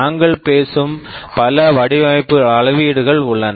நாங்கள் பேசும் பல வடிவமைப்பு அளவீடுகள் உள்ளன